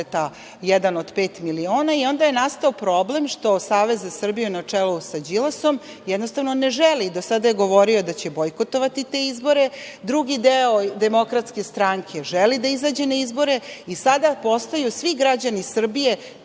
„ Jedan od pet miliona“. Onda je nastao problem što Savez za Srbiju na čelu sa Đilasom, jednostavno ne želi, do sada je govorio da će bojkotovati te izbore, drugi deo DS želi da izađe na izbore, i sada postaju svi građani Srbije